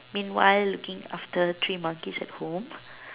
meanwhile looking after three monkeys at home